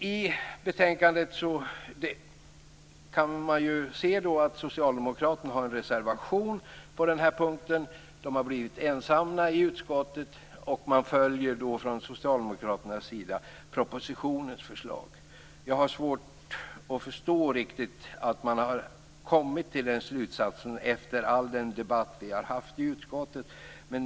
Av betänkandet framgår att socialdemokraterna har en reservation på den punkten. De har blivit ensamma i utskottet. Socialdemokraterna följer propositionens förslag. Jag har svårt att förstå att socialdemokraterna har kommit fram till denna slutsats efter alla debatter som har förekommit i utskottet.